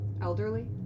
Elderly